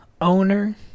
owner